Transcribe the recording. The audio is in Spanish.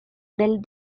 del